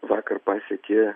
vakar pasiekė